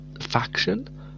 faction